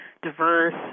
Diverse